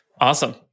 Awesome